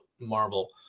Marvel